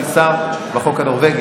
אני היום שר בחוק הנורבגי,